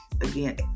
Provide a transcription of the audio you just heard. again